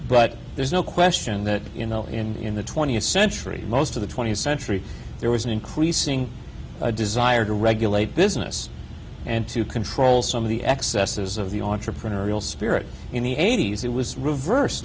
but there's no question that you know in the twentieth century most of the twentieth century there was an increasing desire to regulate business and to control some of the excesses of the entrepreneurial spirit in the eighty's it was reverse